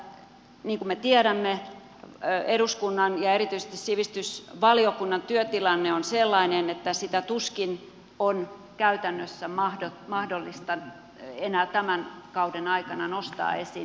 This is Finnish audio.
niin kun me tiedämme eduskunnan ja erityisesti sivistysvaliokunnan työtilanne on sellainen että sitä tuskin on käytännössä mahdollista enää tämän kauden aikana nostaa esiin ja käsittelyyn